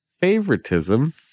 favoritism